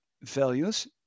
values